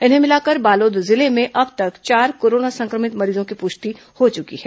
इन्हें मिलाकर बालोद जिले में अब तक चार कोरोना संक्रमित मरीजों की पुष्टि हो चुकी है